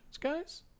guys